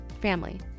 family